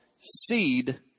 Seed